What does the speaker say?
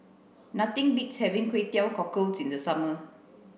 Nothing beats having Kway Teow cockles in the summer